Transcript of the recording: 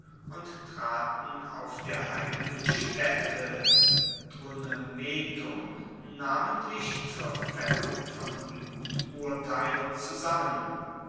und traten auf der heiligen staette drunemetum namentlich zur faellung von bluturteilen zusammen